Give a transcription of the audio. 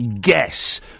guess